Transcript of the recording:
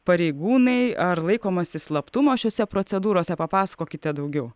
pareigūnai ar laikomasi slaptumo šiose procedūrose papasakokite daugiau